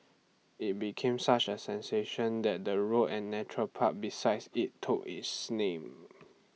IT became such A sensation that the road and Nature Park besides IT took its name